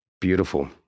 beautiful